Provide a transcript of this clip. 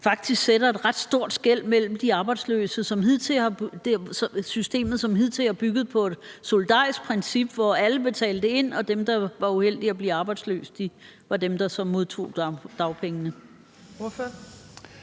faktisk sætter et ret stort skel mellem de arbejdsløse. Det er et system, som hidtil har bygget på et solidarisk princip, hvor alle betalte ind, og hvor dem, der var uheldige at blive arbejdsløse, var dem, der så modtog dagpengene.